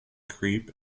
creep